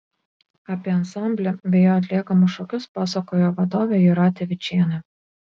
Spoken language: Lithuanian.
apie ansamblį bei jo atliekamus šokius pasakojo vadovė jūratė vyčienė